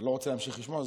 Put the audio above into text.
אתה לא רוצה להמשיך לשמוע?